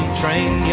train